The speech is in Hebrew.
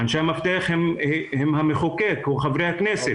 אנשי המפתח הם המחוקק או חברי הכנסת.